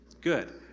Good